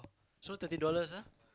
so thirty dollars ah